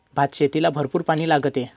भातशेतीला भरपूर पाणी लागते